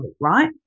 right